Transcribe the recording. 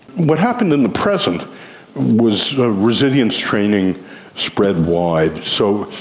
what happened in the present was resilience training spread wide. so,